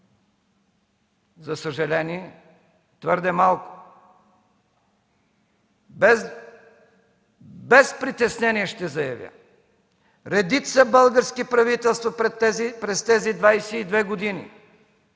За съжаление, твърде малко. Без притеснение ще заявя: редица български правителства през тези 22 години